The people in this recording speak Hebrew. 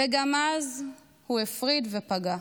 וגם אז הוא הפריד ופגע.